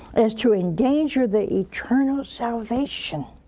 as to endanger their eternal salvation,